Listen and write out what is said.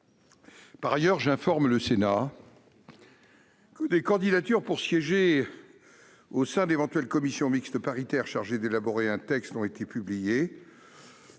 du texte. J'informe le Sénat que des candidatures pour siéger au sein d'éventuelles commissions mixtes paritaires chargées d'élaborer un texte ont été publiées.